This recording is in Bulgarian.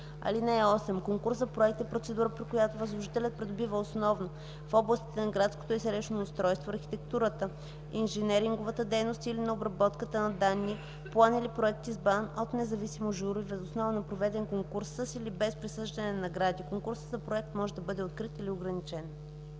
лица. (8) Конкурс за проект е процедура, при която възложителят придобива основно в областите на градското и селищното устройство, архитектурата, инженеринговата дейност или на обработката на данни план или проект, избран от независимо жури въз основа на проведен конкурс със или без присъждане на награди. Конкурсът за проект може да бъде открит или ограничен.”